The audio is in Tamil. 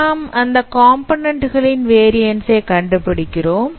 நாம் அந்த காம்போநன்ண்ட் களின் variance ஐ கண்டுபிடிக்கிறோம்